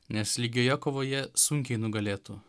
nes lygioje kovoje sunkiai nugalėtų